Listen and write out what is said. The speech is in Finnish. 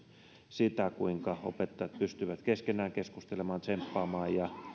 sitä kuinka opettajat pystyvät keskenään keskustelemaan tsemppaamaan ja